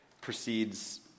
precedes